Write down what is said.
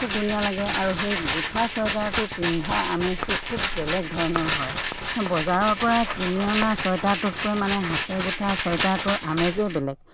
খুব ধুনীয়া লাগে আৰু সেই গোঠা চুৱেটাৰটো পিন্ধা আমেজটো খুব বেলেগ ধৰণৰ হয় বজাৰৰ পৰা কিনি অনা চুৱেটাৰটোতকৈ মানে হাতে গোঠা চুৱেটাৰটোৰ আমেজেই বেলেগ